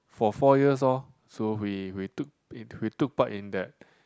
for four years orh so we we took we took part in that